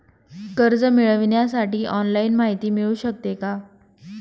कर्ज मिळविण्यासाठी ऑनलाईन माहिती मिळू शकते का?